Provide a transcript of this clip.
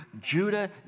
Judah